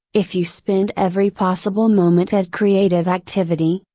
if you spend every possible moment at creative activity,